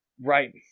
Right